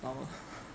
normal